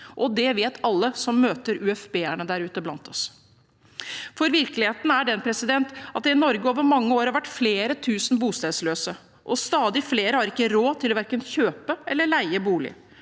Det vet alle som møter UFB-erne blant oss der ute. Virkeligheten er den at det i Norge over mange år har vært flere tusen bostedsløse, og stadig flere har verken råd til å kjøpe eller leie bolig.